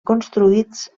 construïts